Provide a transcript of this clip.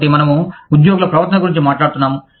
కాబట్టి మనము ఉద్యోగుల ప్రవర్తన గురించి మాట్లాడుతున్నాము